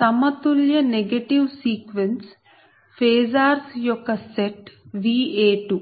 సమతుల్య negative sequence phasors యొక్క set Va2